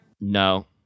No